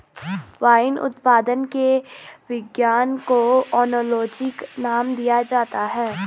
wine उत्पादन के विज्ञान को ओनोलॉजी नाम दिया जाता है